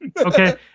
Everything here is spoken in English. Okay